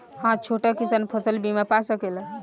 हा छोटा किसान फसल बीमा पा सकेला?